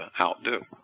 outdo